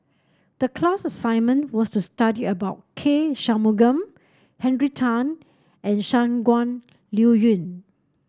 the class assignment was to study about K Shanmugam Henry Tan and Shangguan Liuyun